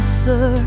sir